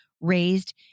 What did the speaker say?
raised